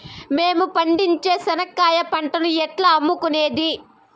మేము పండించే చెనక్కాయ పంటను ఎట్లా అమ్ముకునేది?